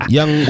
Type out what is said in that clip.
Yang